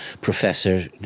professor